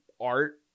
art